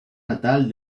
natal